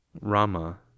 Rama